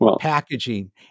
packaging